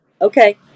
Okay